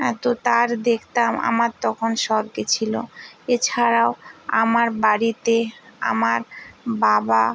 এত তার দেখতাম আমার তখন শখ গেছিল এছাড়াও আমার বাড়িতে আমার বাবা